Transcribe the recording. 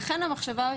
שזאת התופעה,